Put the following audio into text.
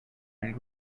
and